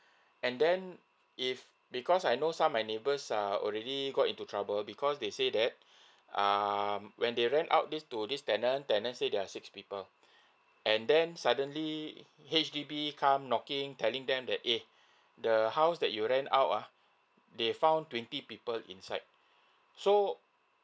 and then if because I know some my neighbours are already got into trouble because they say that um when they rent out this to this tenant tenant said they are six people and then suddenly H_D_B come knocking telling them that eh the house that you rent out uh they found twenty people inside so